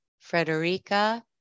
Frederica